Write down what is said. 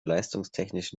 leistungstechnisch